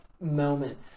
moment